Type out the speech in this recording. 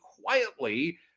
quietly